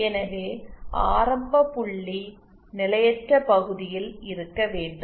எனவே ஆரம்ப புள்ளி நிலையற்ற பகுதியில் இருக்க வேண்டும்